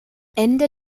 ende